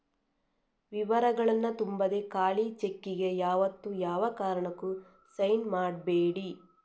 ವಿವರಗಳನ್ನ ತುಂಬದೆ ಖಾಲಿ ಚೆಕ್ಕಿಗೆ ಯಾವತ್ತೂ ಯಾವ ಕಾರಣಕ್ಕೂ ಸೈನ್ ಮಾಡ್ಬೇಡಿ